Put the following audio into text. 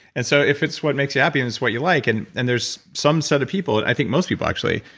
and so, if it's what makes you happy and it's what you like and and there's some set of people, i think most people actually,